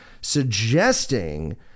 suggesting